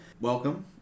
welcome